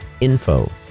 info